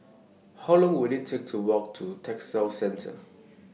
How Long Will IT Take to Walk to Textile Centre